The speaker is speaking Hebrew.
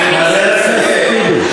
חבר הכנסת טיבי.